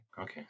Okay